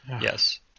Yes